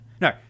No